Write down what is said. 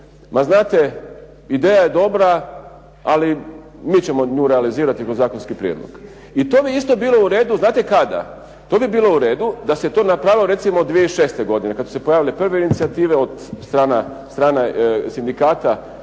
ma znate, ideja je dobra, ali mi ćemo nju realizirati kroz zakonski prijedlog. I to bi isto bilo u redu znate kada? To bi bilo u redu da se to napravilo recimo 2006. godine kad su se pojavile prve inicijative od strane sindikata